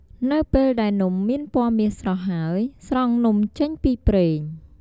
នៅពេលដែលនំមានពណ៌មាសស្រស់ហើយ ស្រង់នំចេញពីប្រេង។